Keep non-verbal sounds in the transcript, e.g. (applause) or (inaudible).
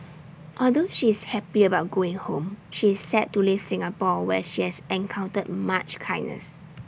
(noise) although she is happy about going home she is sad to leave Singapore where she has encountered much kindness